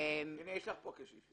יש לך פה קשיש.